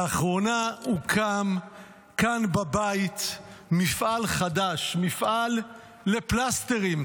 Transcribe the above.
לאחרונה הוקם כאן בבית מפעל חדש, מפעל לפלסטרים.